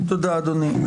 תודה, אדוני.